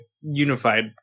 unified